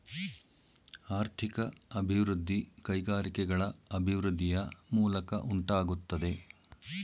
ಆರ್ಥಿಕ ಅಭಿವೃದ್ಧಿ ಕೈಗಾರಿಕೆಗಳ ಅಭಿವೃದ್ಧಿಯ ಮೂಲಕ ಉಂಟಾಗುತ್ತದೆ